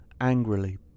angrily